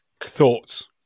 Thoughts